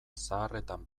zaharretan